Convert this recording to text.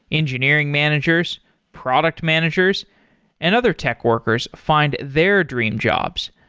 engineering managers, product managers and other tech workers find their dream jobs.